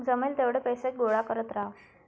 जमेल तेवढे पैसे गोळा करत राहा